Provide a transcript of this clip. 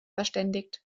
verständigt